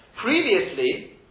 Previously